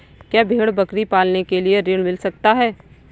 क्या भेड़ बकरी पालने के लिए ऋण मिल सकता है?